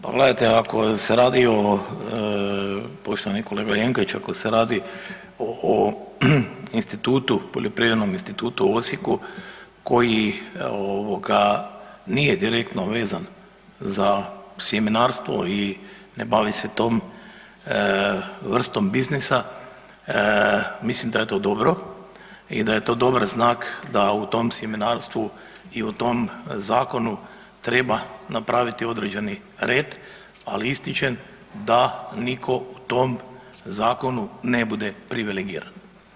Pa gledajte ako se radi o, poštovani kolega Jenkač ako se radi o institutu, Poljoprivrednom institutu u Osijeku koji ovoga nije direktno vezan za sjemenarstvo i ne bavi se tom vrstom biznisa, mislim da je to dobro i da je to dobar znak da u tom sjemenarstvu i u tom zakonu treba napraviti određeni red, ali ističem da nitko u tom zakonu ne bude privilegiran.